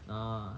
ah